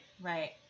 right